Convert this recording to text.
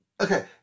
okay